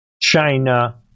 China